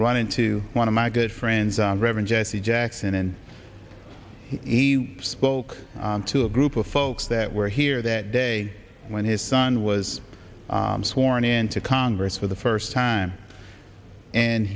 run into one of my good friends reverend jesse jackson and he spoke to a group of folks that were here that day when his son was sworn into congress for the first time and